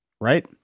right